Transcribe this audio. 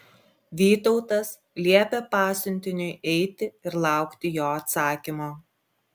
vytautas liepė pasiuntiniui eiti ir laukti jo atsakymo